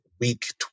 week